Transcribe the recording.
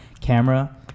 camera